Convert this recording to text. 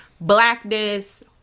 blackness